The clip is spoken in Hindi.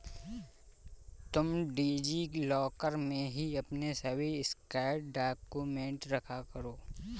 तुम डी.जी लॉकर में ही अपने सभी स्कैंड डाक्यूमेंट रखा करो